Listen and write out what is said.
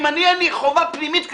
אם אין לי חובה פנימית כלפיכם,